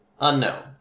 unknown